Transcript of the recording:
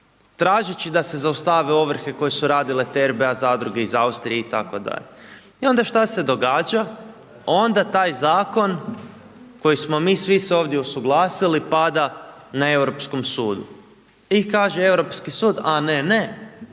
tražeći da se zaustave ovrhe koje su radile te RBA zadruge iz Austrije itd. I onda šta se događa? Onda taj zakon koji smo mi svi se ovdje usuglasili pada na Europskom sudu i kaže Europski sud, a ne, ne,